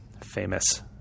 famous